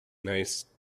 nice